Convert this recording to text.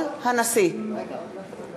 חברי חברי הכנסת,